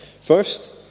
First